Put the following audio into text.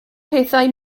pethau